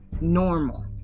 normal